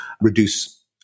reduce